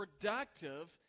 productive